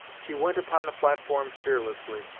she went upon the platform fearlessly,